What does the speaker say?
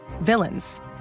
villains